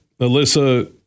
Alyssa